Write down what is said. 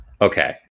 Okay